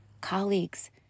colleagues